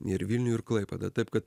ir vilnių ir klaipėdą taip kad